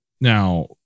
Now